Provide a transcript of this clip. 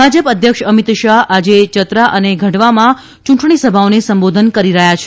ભાજ અધ્યક્ષ અમિત શાહ આજે યતરા અને ઘઢવામાં યૂંટણીસભાઓને સંબોધન કરી રહ્યા છે